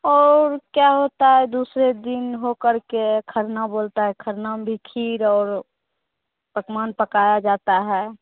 और क्या होता है दूसरे दिन हो कर के खन्ना बोलता है खन्ना भी खीर और पकवान पकाया जाता है